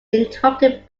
interrupted